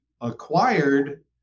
acquired